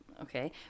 Okay